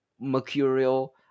mercurial